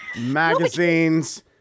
Magazines